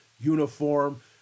uniform